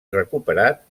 recuperat